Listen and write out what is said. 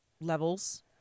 levels